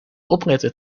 opletten